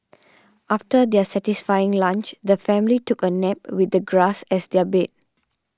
after their satisfying lunch the family took a nap with the grass as their bed